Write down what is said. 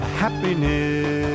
happiness